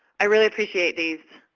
i really appreciate these